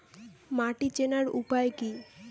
মাটি চেনার উপায় কি?